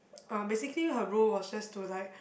um basically her role was just to like